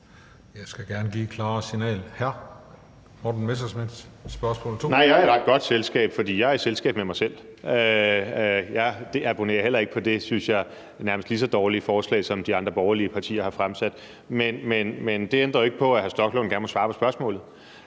Jeg skal gerne give et klarere signal. Hr. Morten Messerschmidt for spørgsmål to. Kl. 13:34 Morten Messerschmidt (DF): Nej, jeg er i ret godt selskab, for jeg er i selskab med mig selv. Jeg abonnerer heller ikke på det, synes jeg, nærmest lige så dårlige forslag, som de andre borgerlige partier har fremsat. Men det ændrer jo ikke på, at hr. Rasmus Stoklund gerne må svare på spørgsmålet.